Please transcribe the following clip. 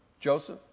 Joseph